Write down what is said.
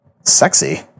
Sexy